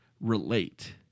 relate